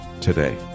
Today